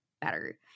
better